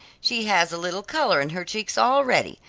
she has a little color in her cheeks already.